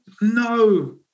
no